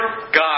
God